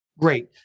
great